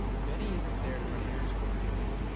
bennie isn't there to run errands for her anymore.